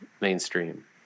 mainstream